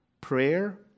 prayer